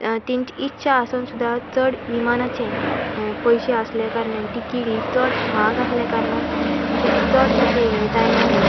तेंची इछा आसून सुद्दा चड विमानाचे पयशे आसल्या कारणान टिकीट ही चड माहाग आसल्या कारणान अशें चड अशें हें जायना ना